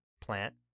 plant